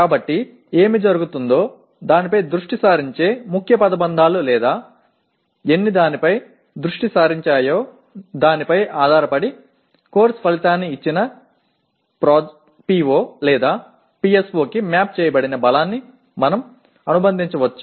కాబట్టి ఏమి జరుగుతుందో దానిపై దృష్టి సారించే ముఖ్య పదబంధాలు లేదా ఎన్ని దానిపై దృష్టి సారించాయో దానిపై ఆధారపడి కోర్సు ఫలితాన్ని ఇచ్చిన PO లేదా PSO కి మ్యాప్ చేయబడిన బలాన్ని మనం అనుబంధించవచ్చు